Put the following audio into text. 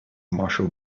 marshall